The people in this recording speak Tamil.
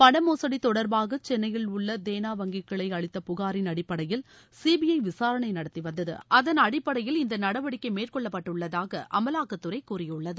பணமோசடி தொடர்பாக சென்னையில் உள்ள தேனா வங்கிக் கிளை அளித்த புகார் அடிப்படையில் சிபிஐ விசாரணை நடத்திவந்தது அதன் அடிப்படையில் இந்த நடவடிக்கை மேற்கொள்ளப்பட்டுள்ளதாக அமலாக்கத்துறை கூறியுள்ளது